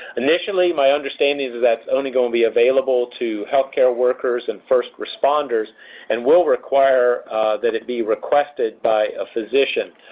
initially, my understanding is is that's only going to be available to healthcare workers and first responders and will require that it be requested by a physician.